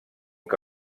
que